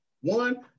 One